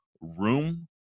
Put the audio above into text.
room